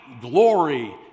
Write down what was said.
glory